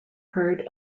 heard